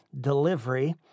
delivery